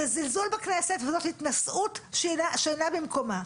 זה זלזול בכנסת וזאת התנשאות שאינה במקומה.